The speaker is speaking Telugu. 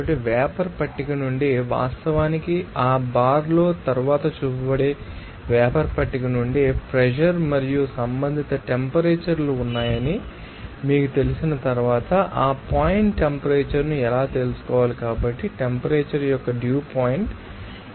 కాబట్టి వేపర్ పట్టిక నుండి వాస్తవానికి ఆ బార్లో తరువాత చూపబడే వేపర్ పట్టిక నుండి ప్రెషర్ మరియు సంబంధిత టెంపరేచర్ లు ఉన్నాయని మీకు తెలిసిన తర్వాత ఆ పాయింట్ టెంపరేచర్ ను ఎలా తెలుసుకోవాలి కాబట్టి టెంపరేచర్ యొక్క డ్యూ పాయింట్ ఈ 0